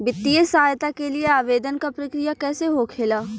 वित्तीय सहायता के लिए आवेदन क प्रक्रिया कैसे होखेला?